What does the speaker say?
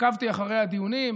עקבתי אחרי הדיונים,